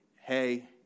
hey